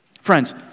Friends